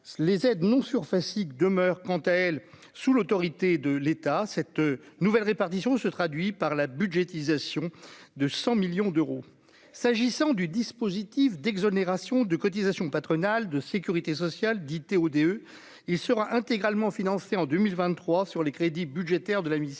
les aides non surface il demeure quant à elle, sous l'autorité de l'État, cette nouvelle répartition se traduit par la budgétisation de 100 millions d'euros, s'agissant du dispositif d'exonération de cotisations patronales de Sécurité sociale, dit TODE, il sera intégralement financé en 2023 sur les crédits budgétaires de la mission